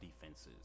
defenses